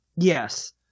yes